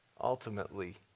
Ultimately